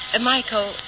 Michael